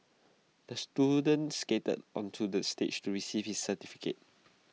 the student skated onto the stage to receive his certificate